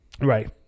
Right